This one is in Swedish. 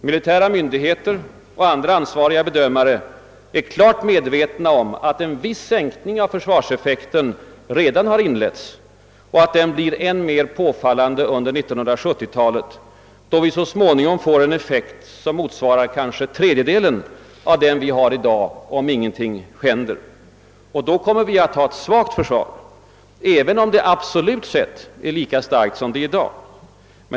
Militära myndigheter och andra ansvariga bedömare är klart medvetna om att en viss sänkning av försvarseffekten redan har inletts och att den blir än mer påfallande under 1970-talet, då vi får en effekt som motsvarar kanske tredjedelen av den vi har i dag om ingenting händer. Då kommer vi att ha ett svagt försvar, även om det absolut sett är lika starkt som i dag.